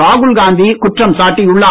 ராகுல் காந்தி குற்றம் சாட்டியுள்ளார்